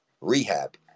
Rehab